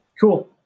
Cool